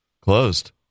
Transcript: Closed